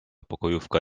pokojówka